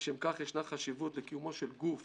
לשם כך ישנה חשיבות לקיומו של גוף